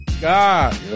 god